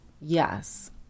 Yes